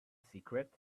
secret